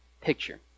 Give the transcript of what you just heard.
picture